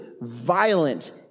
violent